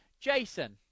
Jason